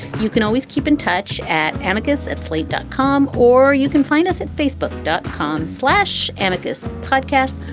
you can always keep in touch at amicus, at slate, dot com, or you can find us at facebook dot com slash amicus podcast.